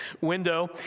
window